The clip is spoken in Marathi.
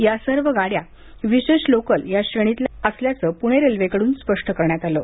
या सर्व गाडय़ा विशेष लोकल या श्रेणीतील असल्याचे प्णे रेल्वेकड्रन स्पष्ट करण्यात आले आहे